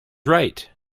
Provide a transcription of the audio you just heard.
right